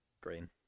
Green